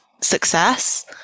success